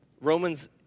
Romans